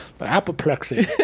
Apoplexy